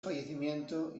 fallecimiento